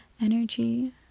energy